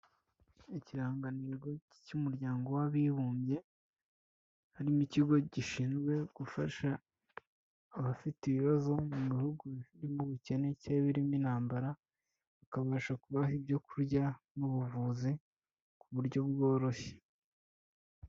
Ikiranganigo cy'umuryango w'abibumbye harimo ikigo gishinzwe gufasha abafite ibibazo mu bihugu birimo ubukene cyangwa birimo intambara bikabasha kubaha ibyo kurya n'ubuvuzi ku buryo bworoshye.